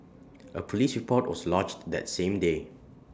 A Police report was lodged that same day